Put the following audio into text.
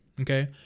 okay